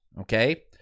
Okay